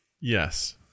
Yes